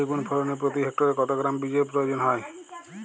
বেগুন ফলনে প্রতি হেক্টরে কত গ্রাম বীজের প্রয়োজন হয়?